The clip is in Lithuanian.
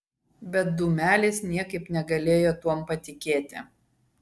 bet dūmelis niekaip negalėjo tuom patikėti